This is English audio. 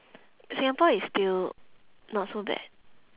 singapore is still not so bad